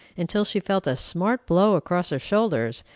until she felt a smart blow across her shoulders,